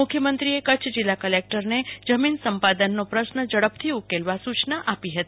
મુખ્યમંત્રી એ કચ્છ જીલ્લા કલેકટરને જમીન સંપાદનનો પ્રશ્ન ઝડપથી ઉકેલવા સુયના આપી હતી